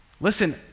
Listen